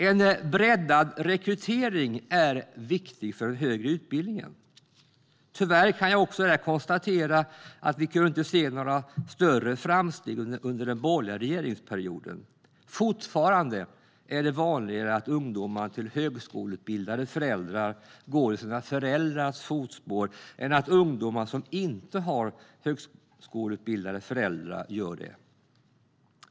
En breddad rekrytering är viktig för den högre utbildningen. Tyvärr kan jag konstatera att vi inte har kunnat se några större framsteg i denna fråga under den borgerliga regeringsperioden. Fortfarande är det vanligare att barn till högskoleutbildade föräldrar studerar vidare än att ungdomar som inte har högskoleutbildade föräldrar gör det.